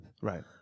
Right